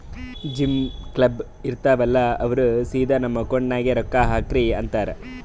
gym, club, ಇರ್ತಾವ್ ಅಲ್ಲಾ ಅವ್ರ ಸಿದಾ ನಮ್ದು ಅಕೌಂಟ್ ನಾಗೆ ರೊಕ್ಕಾ ಹಾಕ್ರಿ ಅಂತಾರ್